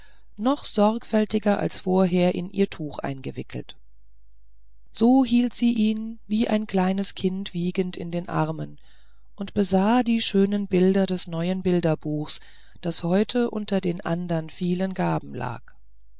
noch sorgfältiger als vorher in ihr tuch eingewickelt so hielt sie ihn wie ein kleines kind wiegend in den armen und besah die schönen bilder des neuen bilderbuchs das heute unter den andern vielen gaben lag